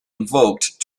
invoked